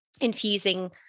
infusing